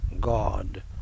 God